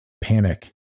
panic